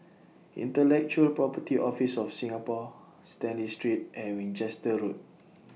Intellectual Property Office of Singapore Stanley Street and Winchester Road